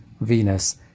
Venus